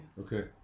Okay